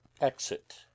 exit